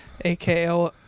aka